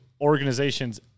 organizations